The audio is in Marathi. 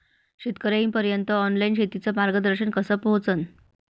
शेतकर्याइपर्यंत ऑनलाईन शेतीचं मार्गदर्शन कस पोहोचन?